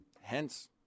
hence